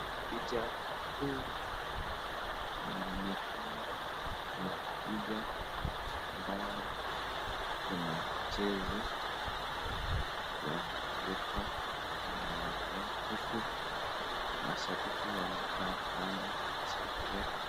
Picha huu inaonekana ni picha ambayo kuna mchezo ya kuruka inaendelea huku mashabiki wamekaa kando kusherehekea.